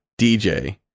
DJ